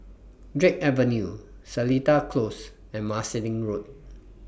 Drake Avenue Seletar Close and Marsiling Road